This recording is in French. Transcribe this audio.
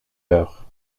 heure